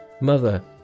Mother